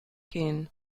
gehen